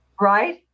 Right